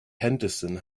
henderson